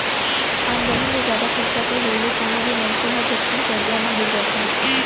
आमदनी ले जादा खरचा के होय ले कोनो भी मनसे ह झटकुन करजा म बुड़ जाथे